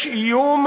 יש איום,